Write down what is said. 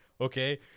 okay